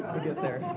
get there.